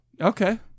Okay